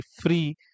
free